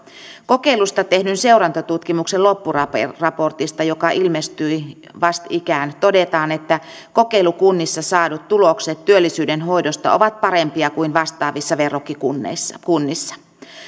kokeilusta tehdyn seurantatutkimuksen loppuraportissa joka ilmestyi vastikään todetaan että kokeilukunnissa saadut tulokset työllisyyden hoidosta ovat parempia kuin vastaavissa verrokkikunnissa